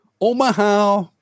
Omaha